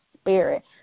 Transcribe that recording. spirit